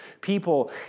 people